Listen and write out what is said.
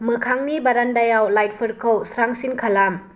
मोखांनि बारान्दायाव लाइटफोरखौ स्रांसिन खालाम